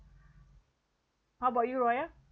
how about you raya